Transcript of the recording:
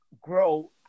grow